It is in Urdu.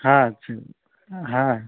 ہاں اچھی ہوں ہاں